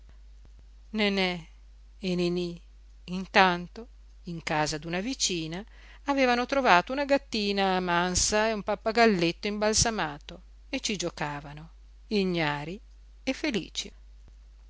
nenè e niní intanto in casa d'una vicina avevano trovato una gattina mansa e un pappagalletto imbalsamato e ci giocavano ignari e felici